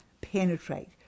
penetrate